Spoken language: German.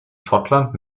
schottland